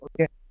Okay